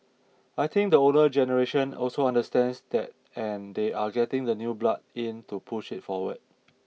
I think the older generation also understands that and they are getting the new blood in to push it forward